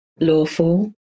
lawful